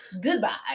Goodbye